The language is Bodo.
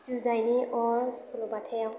जुजायनि अर सल'बाथाया